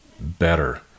better